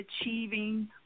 achieving